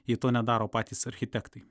jei to nedaro patys architektai